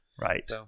Right